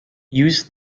use